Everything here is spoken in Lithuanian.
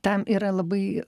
tam yra labai